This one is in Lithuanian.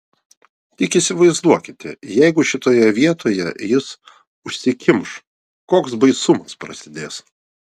tik įsivaizduokite jeigu šitoje vietoje jis užsikimš koks baisumas prasidės